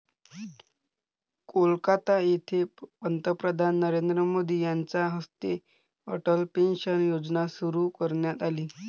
कोलकाता येथे पंतप्रधान नरेंद्र मोदी यांच्या हस्ते अटल पेन्शन योजना सुरू करण्यात आली